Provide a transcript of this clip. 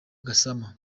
gassama